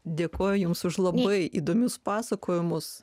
dėkoju jums už labai įdomius pasakojimus